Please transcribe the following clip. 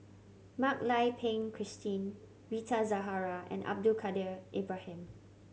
Mak Lai Peng Christine Rita Zahara and Abdul Kadir Ibrahim